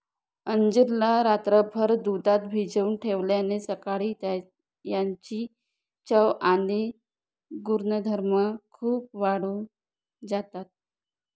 अंजीर ला रात्रभर दुधात भिजवून ठेवल्याने सकाळी याची चव आणि गुणधर्म खूप वाढून जातात